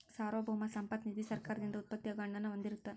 ಸಾರ್ವಭೌಮ ಸಂಪತ್ತ ನಿಧಿ ಸರ್ಕಾರದಿಂದ ಉತ್ಪತ್ತಿ ಆಗೋ ಹಣನ ಹೊಂದಿರತ್ತ